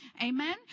Amen